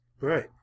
Right